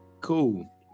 cool